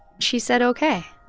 she said ok.